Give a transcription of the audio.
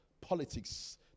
politics